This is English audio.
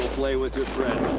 play with your friend.